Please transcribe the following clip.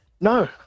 No